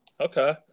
Okay